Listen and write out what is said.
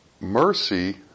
Mercy